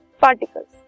particles